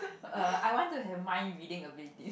err I want to have mind reading abilities